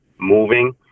moving